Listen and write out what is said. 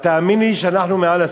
תאמין לי שאנחנו מעל השפה.